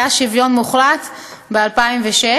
היה שוויון מוחלט ב-2006.